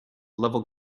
level